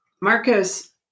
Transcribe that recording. Marcus